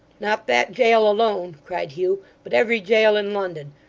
not that jail alone cried hugh, but every jail in london.